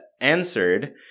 answered